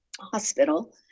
hospital